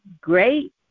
great